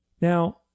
Now